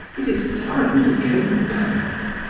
it is time you came back.